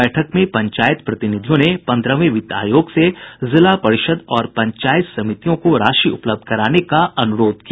बैठक में पंचायत प्रतिनिधियों ने पन्द्रहवें वित्त आयोग से जिला परिषद और पंचायत समितियों को राशि उपलब्ध कराने का अनुरोध किया